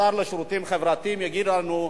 השר לשירותים חברתיים יגיד לנו: